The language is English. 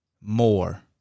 more